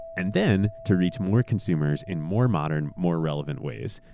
and then to reach more consumers in more modern, more relevant ways.